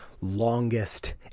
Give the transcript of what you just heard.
longest